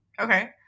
Okay